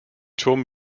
turm